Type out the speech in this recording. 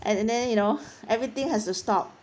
and then you know everything has to stop